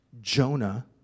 Jonah